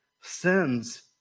sins